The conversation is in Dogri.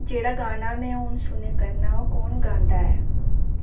जेह्ड़ा गाना में हून सुना करनां ओह् कु'न गांदा ऐ